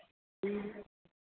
हाँ